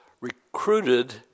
recruited